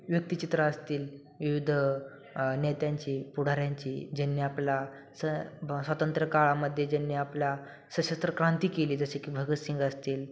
व्यक्तिचित्रं असतील विविध नेत्यांची पुढाऱ्यांची ज्यांनी आपला स स्वातंत्र्यकाळामध्ये ज्यांनी आपल्या सशस्त्र क्रांती केली जसे की भगतसिंग असतील